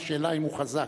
השאלה אם הוא חזק,